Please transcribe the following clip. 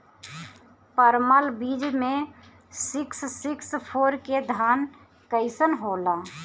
परमल बीज मे सिक्स सिक्स फोर के धान कईसन होला?